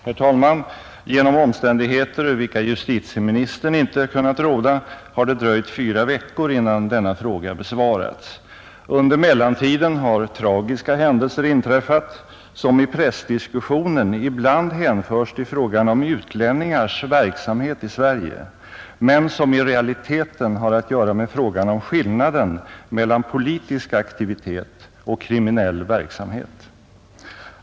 Herr talman! Genom omständigheter över vilka justitieministern inte kunnat råda har det dröjt fyra veckor innan denna fråga besvarats. Under mellantiden har tragiska händelser inträffat, som i pressdiskussionen ibland hänförs till frågan om utlänningars verksamhet i Sverige men som i realiteten har att göra med frågan om skillnaden mellan politisk aktivitet och kriminell verksamhet.